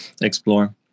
explore